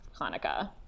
Hanukkah